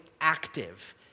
active